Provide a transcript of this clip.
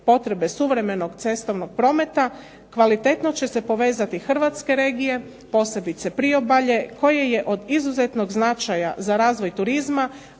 potrebe suvremenog cestovnog prometa, kvalitetno će se povezati hrvatske regije, posebice priobalje, koje je od izuzetnog značaja za razvoj turizma,